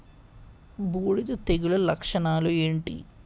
బూడిద తెగుల లక్షణాలు ఏంటి?